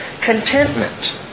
contentment